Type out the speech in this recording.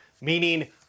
meaning